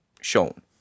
shown